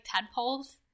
tadpoles